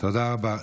תודה רבה.